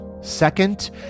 second